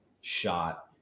shot